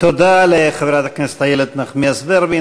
תודה לחברת הכנסת איילת נחמיאס ורבין.